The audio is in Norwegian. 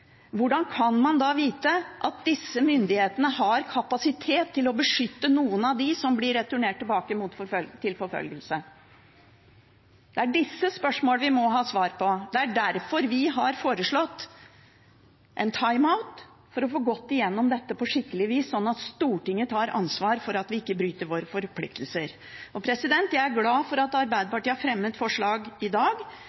Hvordan kan man da vite at disse myndighetene har kapasitet til å beskytte noen av dem som blir returnert, mot forfølgelse? Det er disse spørsmålene vi må ha svar på. Det er derfor vi har foreslått en timeout for å få gått igjennom dette på skikkelig vis, slik at Stortinget tar ansvar for at vi ikke bryter våre forpliktelser. Jeg er glad for at